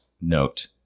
note